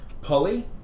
Polly